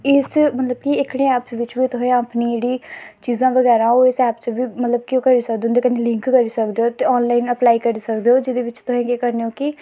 इस मतलब कि एह्कड़े ऐप बिच्च बी तुस अपनी जेह्ड़ी चीजां बगैरा ओह् इस ऐप च बी मतलब कि ओह् करी सकदे ओ लिंक करी सकदे ओ ते आनलाइन अप्लाई करी सकदे ओ जेह्दे बिच्च तुसें केह् करना ऐ कि